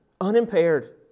unimpaired